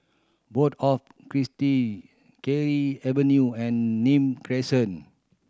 Board of Avenue and Nim Crescent